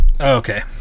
Okay